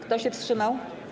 Kto się wstrzymał?